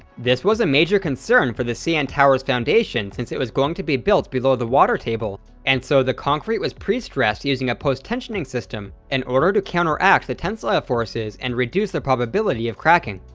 this was a major concern for the cn tower's foundation since it was going to be built below the water table, and so the concrete was pre-stressed using a post-tensioning system in order to counteract the tensile forces and reduce the probability of cracking.